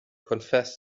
confessed